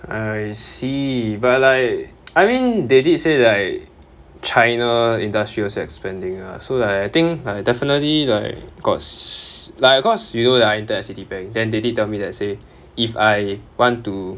I see but like I mean they did say like china industry also expanding ah so like I think like definitely like caus~ like cause you know that I intern at Citibank then they did tell me that say if I want to